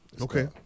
Okay